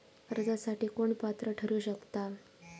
कर्जासाठी कोण पात्र ठरु शकता?